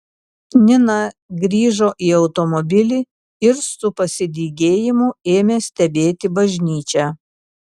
nina grįžo į automobilį ir su pasidygėjimu ėmė stebėti bažnyčią